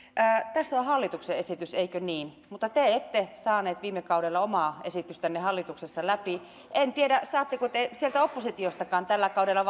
tässä on on hallituksen esitys eikö niin mutta te ette saaneet viime kaudella omaa esitystänne hallituksessa läpi en tiedä saatteko te sieltä oppositiostakaan tällä kaudella